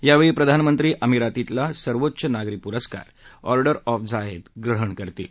यावछी प्रधानमंत्री अमिरातीतला सर्वोच्च नागरी पुरस्कार ऑडर ऑफ झायद्व ग्रहण करतील